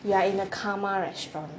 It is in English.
you are in a karma restaurant